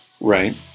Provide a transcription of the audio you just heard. Right